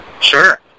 Sure